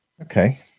Okay